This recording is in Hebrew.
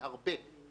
זה הרבה.